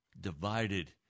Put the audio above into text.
divided